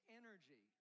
energy